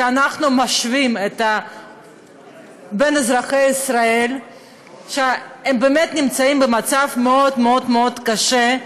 שאנחנו משווים בין אזרחי ישראל שבאמת נמצאים במצב מאוד מאוד קשה,